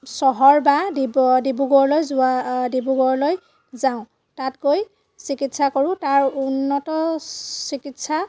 চহৰ বা ডিব ডিব্ৰুগড়লৈ যোৱা ডিব্ৰুগড়লৈ যাওঁ তাত গৈ চিকিৎসা কৰোঁ তাৰ উন্নত চিকিৎসা